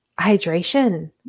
Hydration